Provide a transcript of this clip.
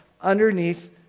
underneath